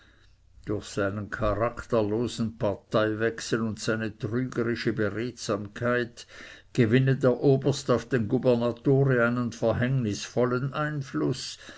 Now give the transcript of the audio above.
durch seinen charakterlosen parteiwechsel und seine trügerische beredsamkeit gewinne der oberst auf den gubernatore einen verhängnisvollen einfluß